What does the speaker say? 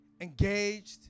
engaged